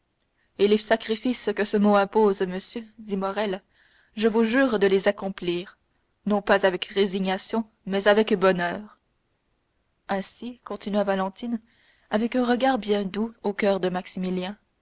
et les sacrifices que ce mot impose monsieur dit morrel je vous jure de les accomplir non pas avec résignation mais avec bonheur ainsi continua valentine avec un regard bien doux au coeur de maximilien